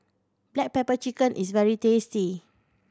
black pepper chicken is very tasty